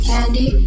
Candy